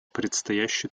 предстоящий